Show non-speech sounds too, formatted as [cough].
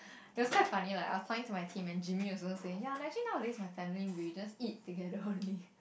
it was quite funny lah i was talking to my team then Jimmy also ya actually nowadays my family we just eat together only [laughs]